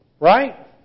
Right